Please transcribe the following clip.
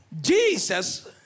Jesus